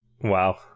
Wow